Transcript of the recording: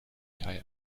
kai